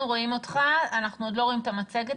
אנחנו רואים אותך אבל עוד לא רואים את המצגת.